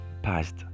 past